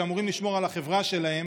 שאמורים לשמור על החברה שלהם,